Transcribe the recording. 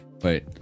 wait